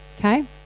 Okay